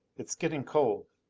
it's getting cold.